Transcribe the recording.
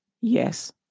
Yes